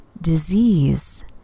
disease